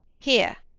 here.